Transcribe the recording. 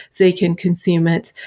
they can consume it,